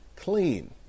Clean